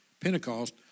Pentecost